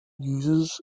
uses